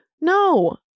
no